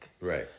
Right